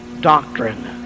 doctrine